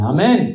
Amen